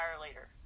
later